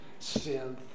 synth